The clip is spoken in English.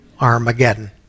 Armageddon